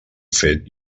fet